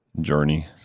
Journey